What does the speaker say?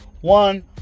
one